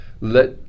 let